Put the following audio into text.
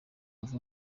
vuba